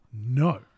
no